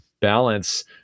balance